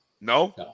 No